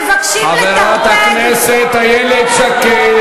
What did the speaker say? אתם מבקשים לטרפד, חברת הכנסת איילת שקד.